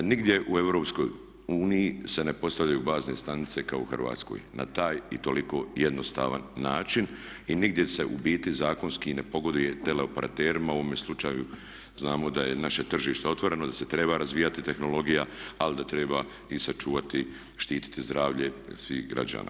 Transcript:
Nigdje u EU se ne postavljaju bazne stanice kao u Hrvatskoj na taj i toliko jednostavan način i nigdje se u biti zakonski ne pogoduje teleoperaterima, u ovome slučaju znamo da je naše tržište otvoreno i da se treba razvijati tehnologija ali da treba i sačuvati, štititi zdravlje svih građana.